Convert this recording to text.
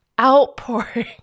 outpouring